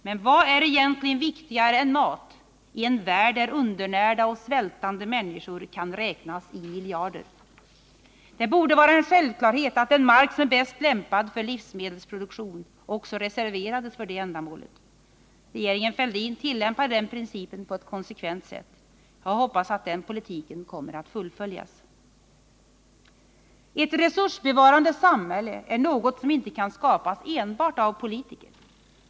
Men vad är egentligen viktigare än mat i en värld där undernärda och svältande människor kan räknas i miljarder. Det borde vara en självklarhet att den mark som är bäst lämpad för livsmedelsproduktion också reserverades för det ändamålet. Regeringen Fälldin tillämpade den principen på ett konsekvent sätt. Jag hoppas att den politiken kommer att fullföljas. Ett resursbevarande samhälle är något som inte kan skapas enbart av politiker.